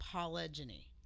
polygyny